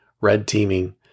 red-teaming